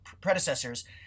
predecessors